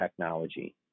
technology